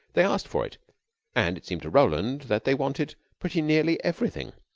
they asked for it and it seemed to roland that they wanted pretty nearly everything.